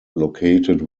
located